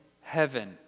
heaven